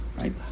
right